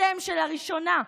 אתם שלראשונה,